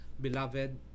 Beloved